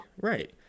right